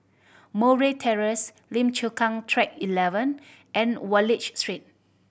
Murray Terrace Lim Chu Kang Track Eleven and Wallich Street